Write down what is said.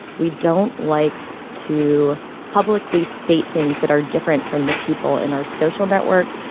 we don't like to publicly state things that are different from the people in our social networks.